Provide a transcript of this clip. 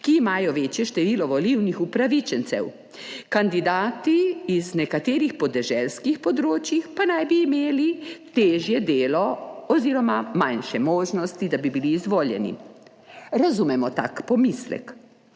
ki imajo večje število volilnih upravičencev, kandidati iz nekaterih podeželskih področjih pa naj bi imeli težje delo oziroma manjše možnosti, da bi bili izvoljeni. Razumemo tak pomislek;